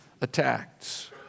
attacks